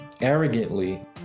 arrogantly